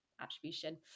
attribution